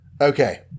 Okay